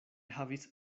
havis